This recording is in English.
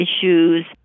issues